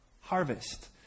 harvest